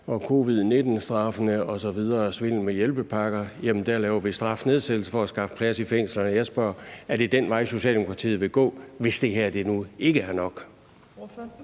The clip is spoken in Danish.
covid-19-straffene osv., svindel med hjælpepakker. Der laver vi strafnedsættelse for at skaffe plads i fængslerne. Jeg spørger, om det er den vej, Socialdemokratiet vil gå, hvis det her nu ikke er nok.